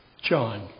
John